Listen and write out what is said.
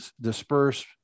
disperse